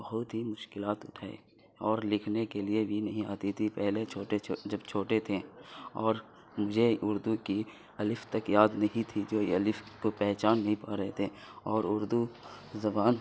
بہت ہی مشکلات اٹھائے اور لکھنے کے لیے بھی نہیں آتی تھی پہلے چھوٹے جب چھوٹے تھے اور مجھے اردو کی الف تک یاد نہیں تھی جو یہ الف کو پہچان نہیں پا رہے تھے اور اردو زبان